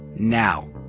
now.